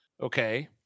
okay